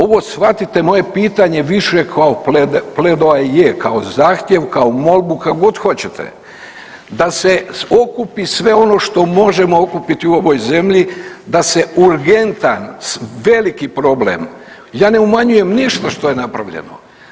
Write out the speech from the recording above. Ovo shvatite moje pitanje više kao pledoaje, kao zahtjev, kao molbu, kako god hoćete, da se okupi sve ono što možemo okupiti u ovoj zemlji, da se u …/nerazumljivo/… veliki problem, ja ne umanjujem ništa što je napravljeno.